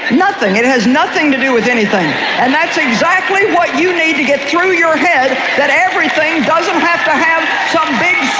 and nothing, it has nothing to do with anything and that's exactly what you need to get through your head that everything doesn't have to have some big